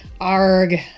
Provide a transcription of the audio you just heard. Arg